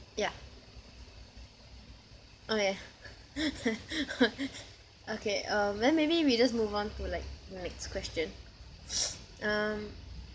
ya okay okay uh then maybe we just move on to like the next question um